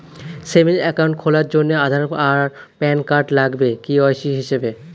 savings account খোলার জন্যে আধার আর প্যান কার্ড লাগবে কে.ওয়াই.সি হিসেবে